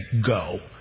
go